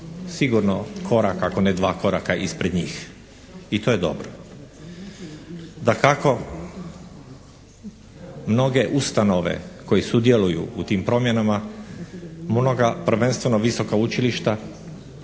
sigurno korak, ako ne dva koraka ispred njih i to je dobro. Dakako mnoge ustanove koje sudjeluju u tim promjenama onoga prvenstveno visoka učilišta